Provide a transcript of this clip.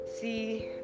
See